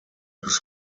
his